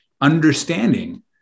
Understanding